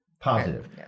positive